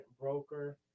broker